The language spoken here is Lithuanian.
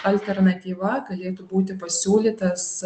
alternatyva galėtų būti pasiūlytas